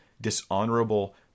dishonorable